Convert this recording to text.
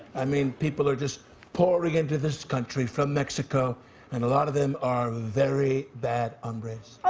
i mean, people are just pouring into this country from mexico and a lot of them are very bad hombres.